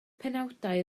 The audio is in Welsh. penawdau